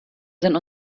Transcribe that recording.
sinn